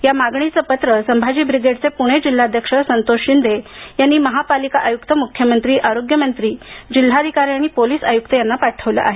या मागणीचे पत्र संभाजी ब्रिगेडचे पुणे जिल्हाध्यक्ष संतोष शिंदे यांनी महापालिका आयुक्त मुख्यमंत्री आरोग्य मंत्री जिल्हाधिकारी आणि पोलिस आयुक्त यांना पाठवले आहे